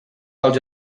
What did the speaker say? dels